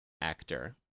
actor